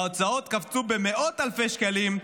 ההוצאות קפצו במאות אלפי שקלים,